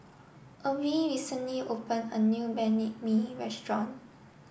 Obe recently open a new Banh Mi restaurant